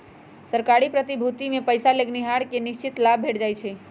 सरकारी प्रतिभूतिमें पइसा लगैनिहार के निश्चित लाभ भेंट जाइ छइ